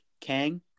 Kang